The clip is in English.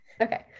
Okay